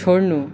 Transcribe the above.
छोड्नु